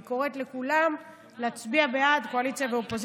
אני קוראת לכולם להצביע בעד, קואליציה ואופוזיציה.